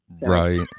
Right